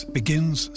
begins